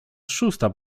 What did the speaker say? szósta